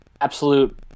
Absolute